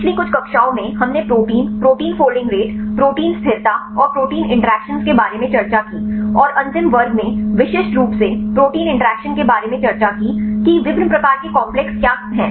पिछली कुछ कक्षाओं में हमने protein protein folding rate protein स्थिरता और प्रोटीन इंटरैक्शन के बारे में चर्चा की और अंतिम वर्ग में विशिष्ट रूप से प्रोटीन इंटरैक्शन के बारे में चर्चा की कि विभिन्न प्रकार के कॉम्प्लेक्स क्या हैं